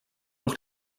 auch